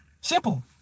Simple